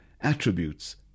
attributes